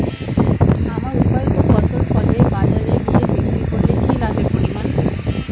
আমার উৎপাদিত ফসল ফলে বাজারে গিয়ে বিক্রি করলে কি লাভের পরিমাণ?